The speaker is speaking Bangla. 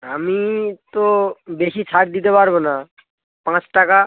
আমি তো বেশি ছাড় দিতে পারবো না পাঁচ টাকা